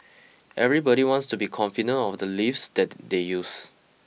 everybody wants to be confident of the lifts that they use